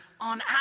on